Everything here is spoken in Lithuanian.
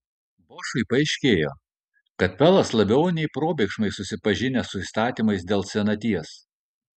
bošui paaiškėjo kad pelas labiau nei probėgšmais susipažinęs su įstatymais dėl senaties